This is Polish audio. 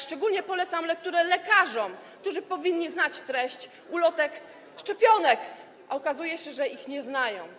Szczególnie polecam lekturę lekarzom, którzy powinni znać treść ulotek szczepionek, a okazuje się, że ich nie znają.